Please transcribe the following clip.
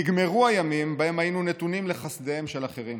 נגמרו הימים שבהם היינו נתונים לחסדיהם של אחרים.